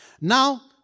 Now